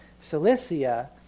Cilicia